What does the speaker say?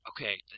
okay